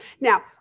Now